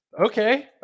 Okay